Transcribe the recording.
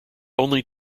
only